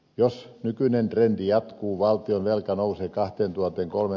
jos nykyinen trendi jatkuu valtionvelka nousee kahteen tuotteen kolme